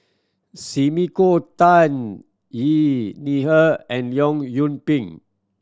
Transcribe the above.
Sumiko Tan Xi Ni Er and Leong Yoon Pin